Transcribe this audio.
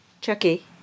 Chucky